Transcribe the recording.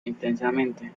intensamente